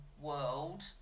world